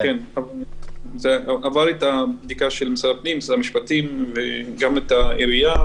זה עבר את הבדיקה של משרד הפנים ומשרד המשפטים וגם את העירייה.